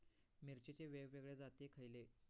मिरचीचे वेगवेगळे जाती खयले?